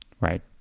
right